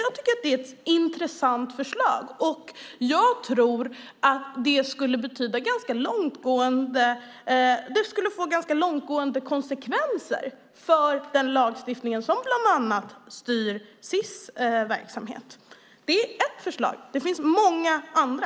Jag tycker att det är ett intressant förslag, och jag tror att det skulle få ganska långtgående konsekvenser för den lagstiftning som bland annat styr Sis verksamhet. Det är ett förslag, och det finns många andra.